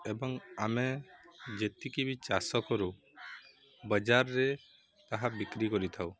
ଏବଂ ଆମେ ଯେତିକି ବି ଚାଷ କରୁ ବଜାରରେ ତାହା ବିକ୍ରି କରିଥାଉ